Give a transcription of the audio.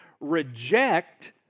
reject